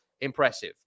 Impressive